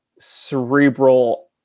cerebral